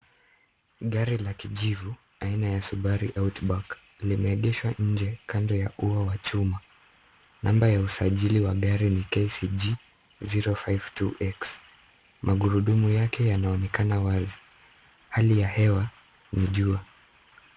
Gari la kijivu, aina ya subaru outback, limeendeshwa nje kando ya ua wa chuma. Namba ya usajili wa gari ni KCG O52X. Magurudumu yake yanaonekana wazi. Hali ya hewa ni jua.